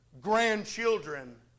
grandchildren